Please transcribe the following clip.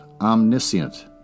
omniscient